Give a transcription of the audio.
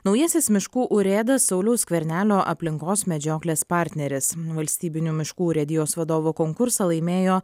naujasis miškų urėdas sauliaus skvernelio aplinkos medžioklės partneris valstybinių miškų urėdijos vadovo konkursą laimėjo